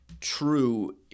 true